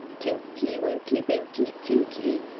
tinky, winky, blinky, tinky,